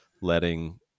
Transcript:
letting